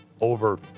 over